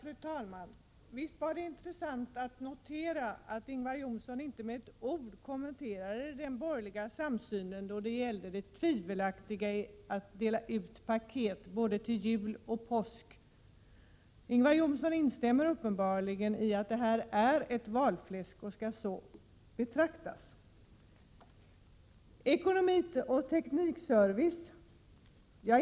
Fru talman! Visst var det intressant att notera att Ingvar Johnsson inte med ett ord kommenterade den borgerliga samsynen när det gäller det tvivelaktiga i att dela ut paket både till jul och till påsk. Ingvar Johnsson instämmer uppenbarligen i att detta är ett valfläsk — och skall så betraktas. Sedan till frågan om ekonomioch teknikservice.